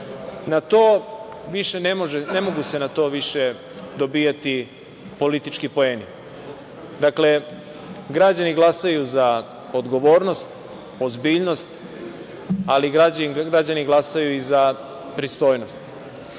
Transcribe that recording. javnosti. Ne mogu se više na to dobijati politički poeni. Dakle, građani glasaju za odgovornost, ozbiljnost, ali građani glasaju za pristojnost.